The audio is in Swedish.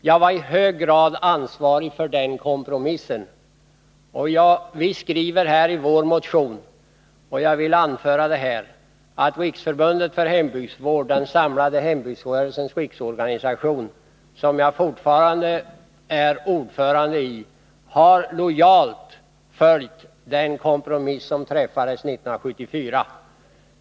Jag var i hög grad ansvarig för den kompromissen. Vi skriver i vår motion — jag vill anföra det här — att Riksförbundet för hembygdsvård, den samlade hembygdsrörelsens riksorganisation som jag fortfarande är ordförande i, har lojalt följt den kompromiss som träffades 1974.